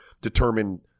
determine